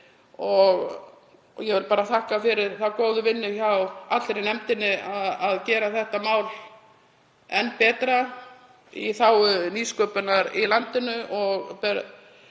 Ég vil bara þakka fyrir þá góðu vinnu hjá allri nefndinni að gera þetta mál enn betra í þágu nýsköpunar í landinu og